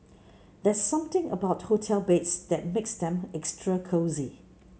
there's something about hotel beds that makes them extra cosy